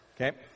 Okay